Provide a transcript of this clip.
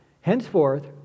Henceforth